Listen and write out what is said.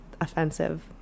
offensive